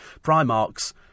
Primark's